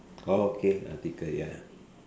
okay article ya